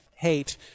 hate